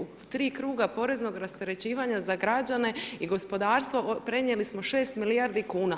U 3 kruga poreznog rasterećivanja za građane i gospodarstvo, prenijeli smo 6 milijardi kuna.